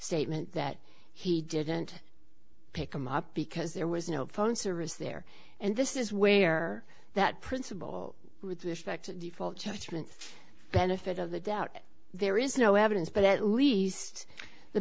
statement that he didn't pick them up because there was no phone service there and this is where that principle with respect default judgment benefit of the doubt there is no evidence but at least the